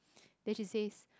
then she says